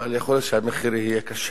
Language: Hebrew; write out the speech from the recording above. אבל יכול להיות שהמחיר יהיה קשה,